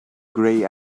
grey